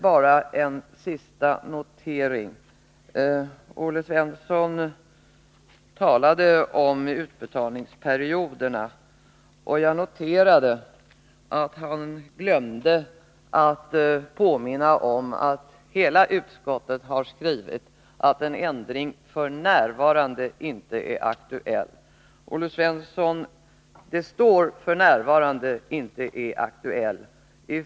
Olle Svensson talade om utbetalningsperioderna, och jag vill till sist säga att jag noterade att han glömde att påminna om att utskottsmajoriteten har skrivit att en ändring ”f. n. inte är aktuell”. Detta är alltså inskrivet i betänkandet.